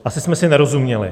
Asi jsme si nerozuměli.